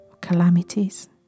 calamities